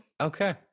Okay